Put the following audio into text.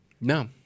No